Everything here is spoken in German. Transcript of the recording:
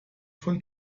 von